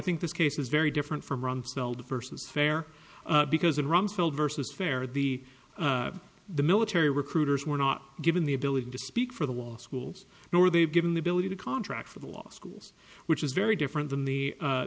think this case is very different from rumsfeld versus fair because in rumsfeld versus fair the the military recruiters were not given the ability to speak for the wall schools nor they've given the ability to contract for the law schools which is very different than the